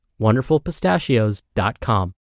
WonderfulPistachios.com